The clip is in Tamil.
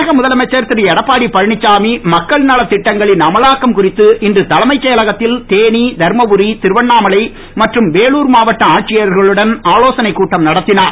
தமிழக முதலமைச்சர் திரு எடப்பாடி பழனிச்சாமி மக்கள் நலத்திட்டங்களின் அமலாக்கம் குறித்து இன்று தலைமை செயலாகத்தில் தேனி தர்மபுரி திருவண்ணாமலை மற்றும் வேலூர் மாவட்ட ஆட்சியர்களுடன் ஆலோசனை கூட்டம் நடத்தினார்